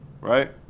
Right